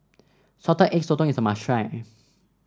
Salted Egg Sotong is a must try